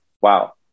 wow